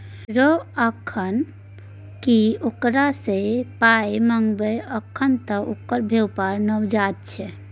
रौ अखन की ओकरा सँ पाय मंगबै अखन त ओकर बेपार नवजात छै